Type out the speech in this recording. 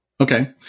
Okay